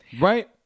Right